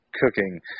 cooking